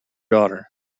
daughter